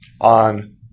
on